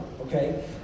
Okay